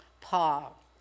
Paul